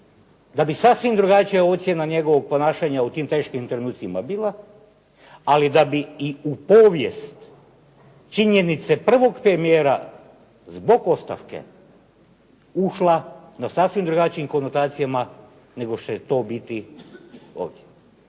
da bi sasvim drugačije ocjena njegovog ponašanja u tim trenucima bila, ali da bi i u povijest činjenice prvog premijera zbog ostavke ušla na sasvim drugačijim konotacijama nego što će to biti ovdje.